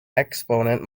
exponent